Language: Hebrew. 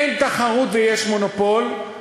אין תחרות ויש מונופול,